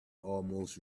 almost